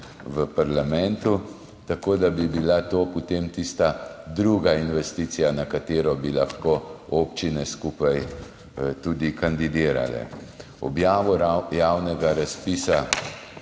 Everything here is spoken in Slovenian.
v parlamentu. Tako da bi bila to potem tista druga investicija, na katero bi lahko občine skupaj tudi kandidirale. Objavo javnega razpisa